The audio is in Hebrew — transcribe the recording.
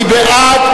מי בעד?